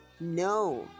No